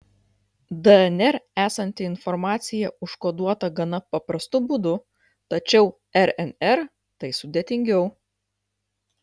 dnr esanti informacija užkoduota gana paprastu būdu tačiau rnr tai sudėtingiau